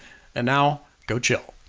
and now, go chill.